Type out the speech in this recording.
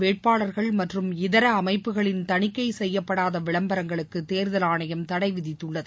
வேட்பாளர்கள் மற்றும் இதர அமைப்புகளின் தணிக்கை செய்யப்படாத விளம்பரங்களுக்கு தேர்தல் ஆணையம் தடை விதித்துள்ளது